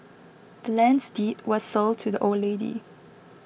the land's deed was sold to the old lady